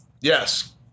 Yes